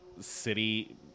city